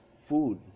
food